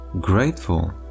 grateful